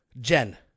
Jen